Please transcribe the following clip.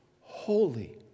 holy